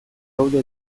gaude